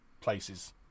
places